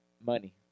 Money